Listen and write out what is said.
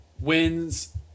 wins